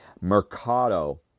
Mercado